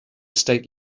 state